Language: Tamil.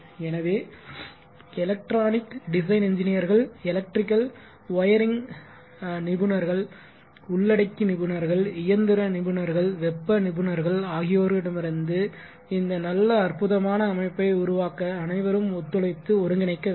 எனவே எலக்ட்ரானிக் டிசைன் இன்ஜினியர்கள் எலக்ட்ரிகல் வயரிங் நிபுணர்கள் உள்ளடக்கி நிபுணர்கள் இயந்திர நிபுணர்கள் வெப்ப நிபுணர்கள் ஆகியோரிடமிருந்து இந்த நல்ல அற்புதமான அமைப்பை உருவாக்க அனைவரும் ஒத்துழைத்து ஒருங்கிணைக்க வேண்டும்